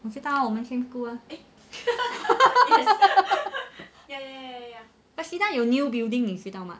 我知道我们听过 ya cedar 有 new building 你知道 mah